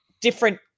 different